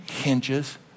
hinges